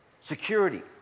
security